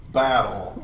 battle